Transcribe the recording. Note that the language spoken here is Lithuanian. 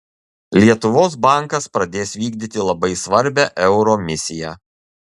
lietuvos bankas pradės vykdyti labai svarbią euro misiją